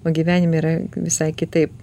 o gyvenime yra visai kitaip